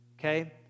okay